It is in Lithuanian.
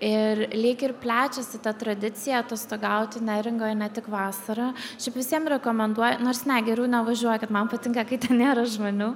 ir lyg ir plečiasi ta tradicija atostogauti neringoj ne tik vasarą šiaip visiem rekomenduoju nors ne geriau nevažiuokit man patinka kai ten nėra žmonių